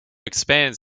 expands